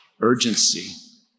urgency